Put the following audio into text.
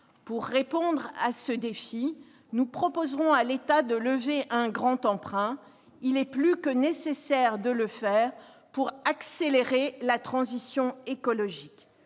Pour relever ce défi, nous proposerons à l'État de lever un grand emprunt : c'est plus que nécessaire pour accélérer la transition écologique.